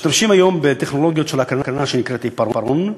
משתמשים היום בטכנולוגיה של הקרנה שנקראת "עיפרון",